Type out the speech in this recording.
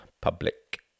public